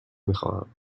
میخواهم